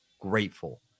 grateful